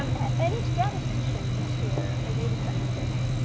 um any statisticians here or data scientists?